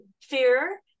fear